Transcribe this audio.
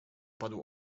padł